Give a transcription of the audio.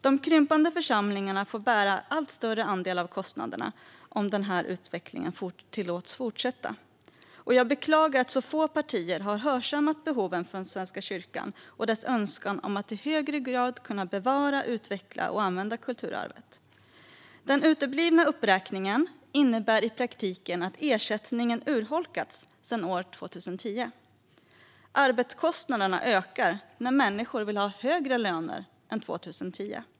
De krympande församlingarna får bära en allt större andel av kostnaderna om denna utveckling tillåts fortsätta. Jag beklagar att så få partier har hörsammat Svenska kyrkans behov och dess önskan om att i högre grad kunna bevara, utveckla och använda kulturarvet. Den uteblivna uppräkningen innebär i praktiken att ersättningen har urholkats sedan år 2010. Arbetskostnaderna ökar när människor vill ha högre löner än år 2010.